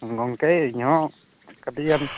ᱜᱚᱢᱠᱮ ᱤᱧ ᱦᱚᱸ ᱠᱟᱹᱴᱤᱡ ᱜᱟᱱ